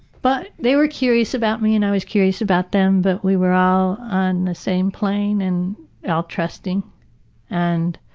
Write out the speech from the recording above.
but, they were curious about me and i was curious about them, but we were all on the same plane and all trusting and